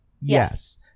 yes